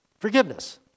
Forgiveness